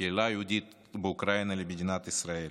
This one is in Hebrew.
לקהילה היהודית באוקראינה ולמדינת ישראל.